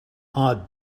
hard